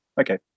okay